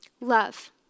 Love